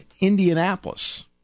Indianapolis